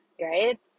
right